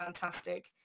fantastic